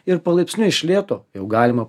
ir palaipsniui iš lėto jau galima